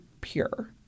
pure